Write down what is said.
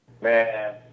man